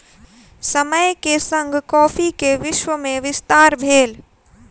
समय के संग कॉफ़ी के विश्व में विस्तार भेल